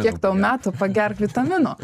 kiek tau metų pagerk vitaminų